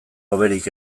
hoberik